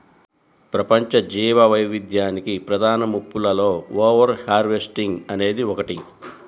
ప్రపంచ జీవవైవిధ్యానికి ప్రధాన ముప్పులలో ఓవర్ హార్వెస్టింగ్ అనేది ఒకటి